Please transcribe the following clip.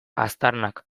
aztarnak